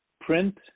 print